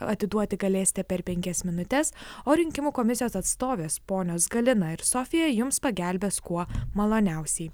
atiduoti galėsite per penkias minutes o rinkimų komisijos atstovės ponios galina ir sofija jums pagelbės kuo maloniausiai